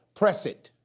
press it.